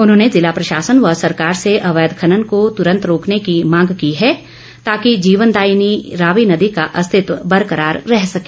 उन्होंने जिला प्रशासन व सरकार से अवैध खनन को त्रंत रोकने की मांग की है ताकि जीवन दायनी रावी नदी का अस्तित्व बरकरार रह सके